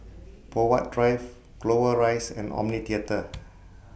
Poh Huat Drive Clover Rise and Omni Theatre